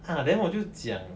ah then 我就讲